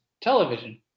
television